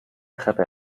treppe